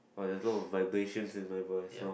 uh there's a lot of vibration in my voice loh